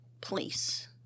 place